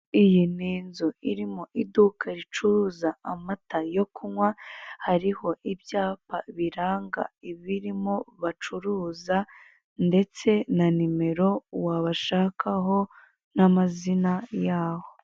Iyi ni inzu irimo iduka ricuruza amata yo kunywa hariho ibyapa biranga ibirimo bacuruza ndetse na nimero wabashakaho n'amazina yaho.